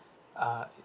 uh